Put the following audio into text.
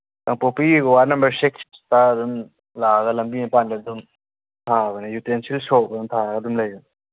ꯀꯥꯡꯞꯣꯛꯄꯤꯒꯤ ꯋꯥꯠ ꯅꯝꯕꯔ ꯁꯤꯛꯁꯇ ꯑꯗꯨꯝ ꯂꯥꯛꯑꯒ ꯂꯝꯕꯤ ꯃꯄꯥꯟꯗ ꯑꯗꯨꯝ ꯊꯥꯕꯅꯤ ꯌꯨꯇꯦꯟꯁꯤꯜ ꯁꯣꯞ ꯍꯥꯏꯅ ꯊꯥꯔꯒ ꯑꯗꯨꯝ ꯂꯩꯕꯅꯤ